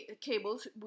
cables